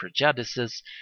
prejudices